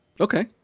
Okay